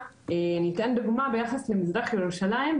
אני אתן דוגמה לגבי מזרח ירושלים,